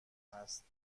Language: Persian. هست